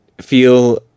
feel